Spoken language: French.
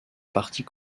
partie